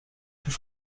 plus